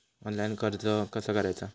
Online कर्ज कसा करायचा?